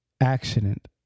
accident